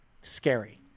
scary